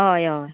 हय हय